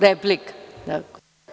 Replika.